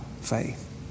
faith